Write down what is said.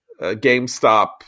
GameStop